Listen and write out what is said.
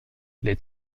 les